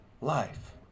life